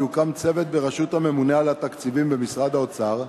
יוקם צוות בראשות הממונה על התקציבים במשרד האוצר,